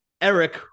Eric